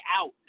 out